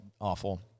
awful